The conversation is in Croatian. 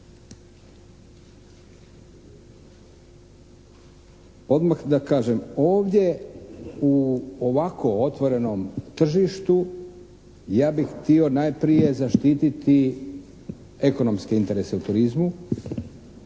Odmah da kažem, ovdje u ovako otvorenom tržištu ja bih htio najprije zaštititi ekonomske interese u turizmu.